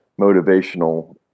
motivational